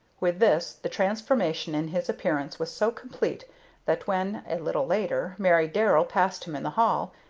with this the transformation in his appearance was so complete that when, a little later, mary darrell passed him in the hall,